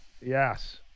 Yes